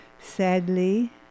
Sadly